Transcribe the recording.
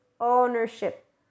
ownership